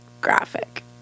graphic